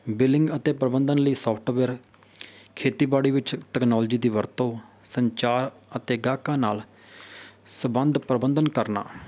billing ਅਤੇ ਪ੍ਰਬੰਧਨ ਲਈ ਸੋਫਟਵੇਅਰ ਖੇਤੀਬਾੜੀ ਵਿੱਚ ਤਕਨਾਲੋਜੀ ਦੀ ਵਰਤੋਂ ਸੰਚਾਰ ਅਤੇ ਗਾਹਕਾਂ ਨਾਲ ਸੰਬੰਧ ਪ੍ਰਬੰਧਨ ਕਰਨਾ